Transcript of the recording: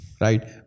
...right